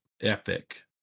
epic